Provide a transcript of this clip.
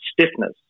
stiffness